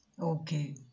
Okay